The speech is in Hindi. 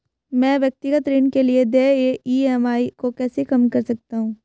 मैं व्यक्तिगत ऋण के लिए देय ई.एम.आई को कैसे कम कर सकता हूँ?